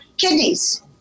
kidneys